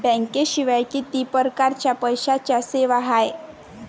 बँकेशिवाय किती परकारच्या पैशांच्या सेवा हाय?